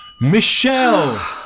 michelle